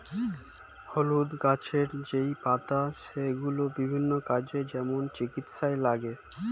হলুদ গাছের যেই পাতা সেগুলো বিভিন্ন কাজে, যেমন চিকিৎসায় লাগে